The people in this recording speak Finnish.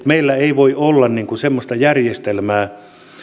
meillä ei voi olla semmoista järjestelmää